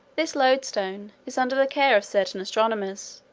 this loadstone is under the care of certain astronomers,